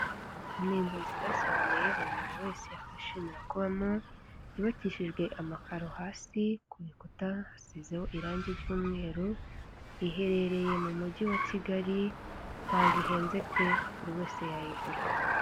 Ni inzu nziza cyane buri muntu wese yakwishimira kubamo yubakishijwe amakaro hasi kukuta hasizeho irangi ry'umweru, iherereye mu mujyi wa kigali ntabwo ihenze pe buri wese yayigura.